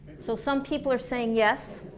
so some people are saying yes,